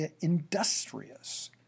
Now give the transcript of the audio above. industrious